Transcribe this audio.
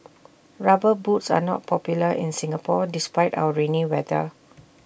rubber boots are not popular in Singapore despite our rainy weather